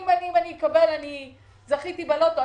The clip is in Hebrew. אם אני אקבל לחגים זה כאילו שזכיתי בלוטו.